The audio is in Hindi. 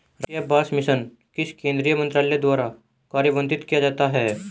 राष्ट्रीय बांस मिशन किस केंद्रीय मंत्रालय द्वारा कार्यान्वित किया जाता है?